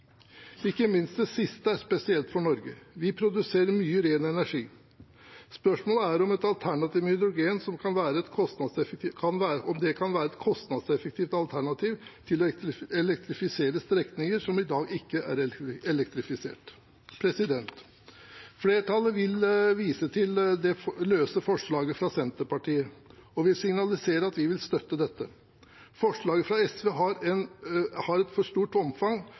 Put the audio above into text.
Ikke minst det siste er spesielt for Norge. Vi produserer mye ren energi. Spørsmålet er om hydrogen kan være et kostnadseffektivt alternativ til å elektrifisere strekninger som i dag ikke er elektrifisert. Flertallet vil vise til det løse forslaget fra Senterpartiet, og vil signalisere at vi vil støtte dette. Forslaget fra SV har et for stort omfang,